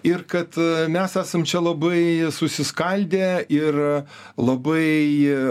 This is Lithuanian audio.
ir kad mes esam čia labai susiskaldę ir labai